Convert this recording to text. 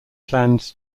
plans